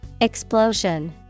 Explosion